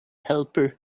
helper